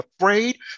afraid